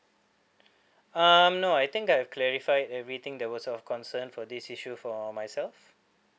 um no I think I have clarified everything that was of concern for this issue for myself